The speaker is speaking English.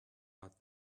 but